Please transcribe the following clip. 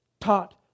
taught